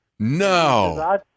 No